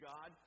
God